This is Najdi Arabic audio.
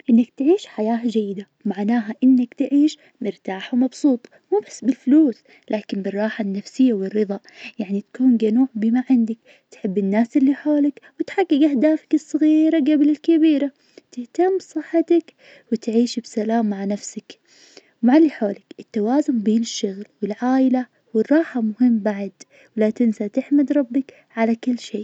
إنك تعيش حياة جيدة معناها إنك تعيش مرتاح ومبسوط وما بس بفلوس لكن بالراحة النفسية والرضا، يعني تكون قنوع بما عندك، تحب الناس اللي حولك، وتحقق أهدافك الصغيرة قبل الكبيرة، تهتم بصحتك وتعيش بسلام مع نفسك ومع اللي حواليك. التوازن بين الشغل والعائلة والراحة مهم بعد. ولا تنسى تحمد ربك على كل شي.